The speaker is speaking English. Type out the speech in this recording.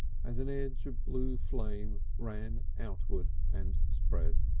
and an edge of blue flame ran outward and spread.